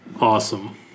awesome